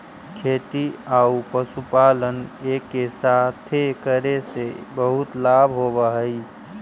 खेती आउ पशुपालन एके साथे करे से बहुत लाभ होब हई